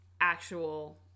actual